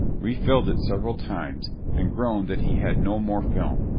refilled it several times and groaned that he had no more film.